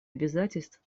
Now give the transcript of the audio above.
обязательств